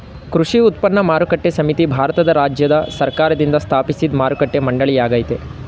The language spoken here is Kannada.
ಕೃಷಿ ಉತ್ಪನ್ನ ಮಾರುಕಟ್ಟೆ ಸಮಿತಿ ಭಾರತದ ರಾಜ್ಯ ಸರ್ಕಾರ್ದಿಂದ ಸ್ಥಾಪಿಸಿದ್ ಮಾರುಕಟ್ಟೆ ಮಂಡಳಿಯಾಗಯ್ತೆ